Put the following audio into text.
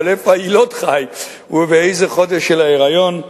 אלא איפה היילוד חי ובאיזה חודש של ההיריון.